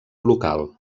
local